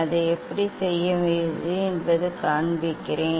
அதை எப்படி செய்வது என்று காண்பிக்கிறேன்